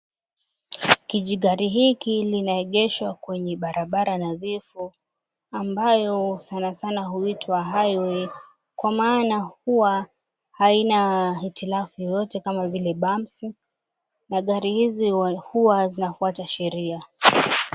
Kijigari hiki linaegeshwa kwenye barabara nadhifu ambayo sanasana huitwa highway kwa maana huwa haina hitilafu yoyote kama vile bumps na gari hizi huwa zinafuata sheria.